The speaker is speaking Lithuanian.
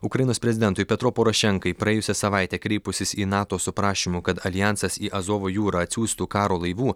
ukrainos prezidentui petro porošenkai praėjusią savaitę kreipusis į nato su prašymu kad aljansas į azovo jūrą atsiųstų karo laivų